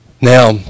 Now